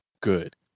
good